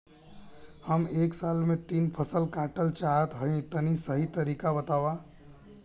हम एक साल में तीन फसल काटल चाहत हइं तनि सही तरीका बतावा?